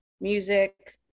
music